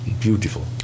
beautiful